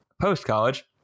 post-college